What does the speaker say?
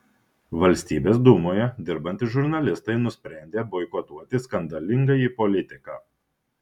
valstybės dūmoje dirbantys žurnalistai nusprendė boikotuoti skandalingąjį politiką